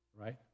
right